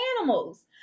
animals